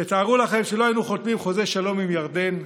תארו לכם שלא היינו חותמים חוזה שלום עם ירדן,